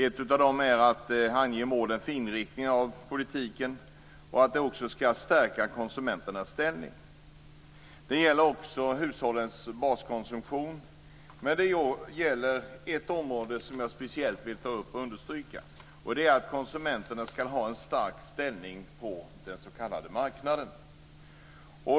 Ett av målen för politiken anges vara att stärka konsumenternas ställning. Det gäller bl.a. hushållens baskonsumtion. Något som jag speciellt vill understryka är att konsumenterna skall ha en stark ställning på den s.k. marknaden.